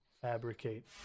Fabricate